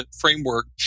framework